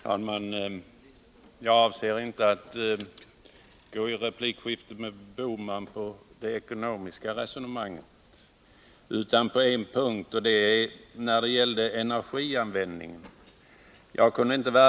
Fru talman! Jag avser inte att gå i replikskifte med Gösta Bohman utom på en punkt, nämligen när det gäller energianvändningen.